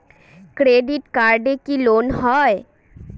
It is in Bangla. ক্রেডিট কার্ডে কি লোন হয়?